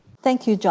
thank you,